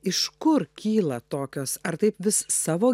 iš kur kyla tokios ar taip vis savo